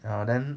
ya then